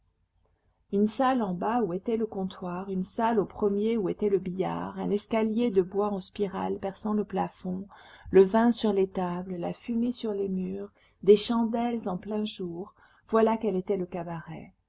une salle en bas où était le comptoir une salle au premier où était le billard un escalier de bois en spirale perçant le plafond le vin sur les tables la fumée sur les murs des chandelles en plein jour voilà quel était le cabaret